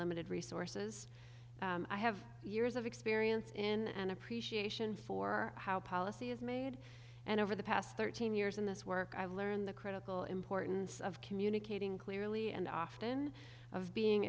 limited resources i have years of experience in an appreciation for how policy is made and over the past thirteen years in this work i've learned the critical importance of communicating clearly and often of being